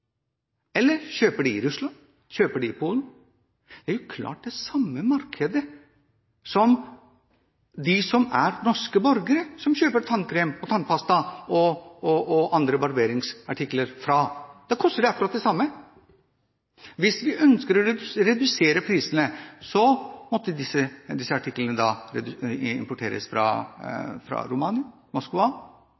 eller oppe i Finnmark? Eller kjøper de det i Russland eller Polen? Det er jo klart at det er på det samme markedet som de som er norske borgere, kjøper tannkrem og andre barberingsartikler. Da koster det akkurat det samme. Hvis vi ønsker å redusere prisene, måtte disse artiklene importeres fra